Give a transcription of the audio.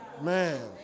Man